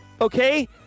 okay